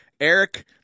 Eric